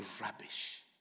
rubbish